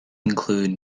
include